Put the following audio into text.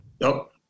Nope